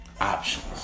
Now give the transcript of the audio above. options